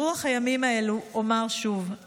ברוח הימים האלו אומר שוב,